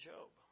Job